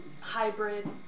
hybrid